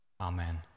Amen